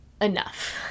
enough